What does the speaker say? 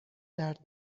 درد